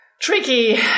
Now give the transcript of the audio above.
tricky